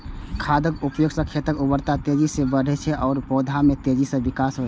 खादक उपयोग सं खेतक उर्वरता तेजी सं बढ़ै छै आ पौधा मे तेजी सं विकास होइ छै